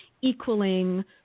equaling